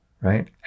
right